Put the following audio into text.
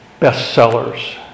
bestsellers